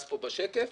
בשקף.